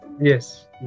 Yes